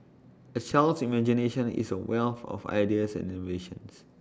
A child's imagination is A wealth of ideas and innovations